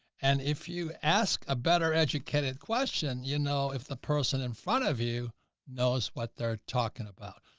and if you ask a better educated question, you know, if the person in front of you knows what they're talking about.